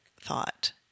thought